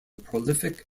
prolific